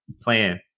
plan